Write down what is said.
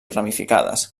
ramificades